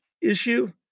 issue